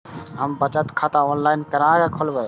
हम बचत खाता ऑनलाइन केना खोलैब?